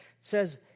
says